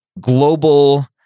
global